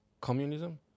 communism